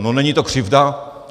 No není to křivda?